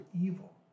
evil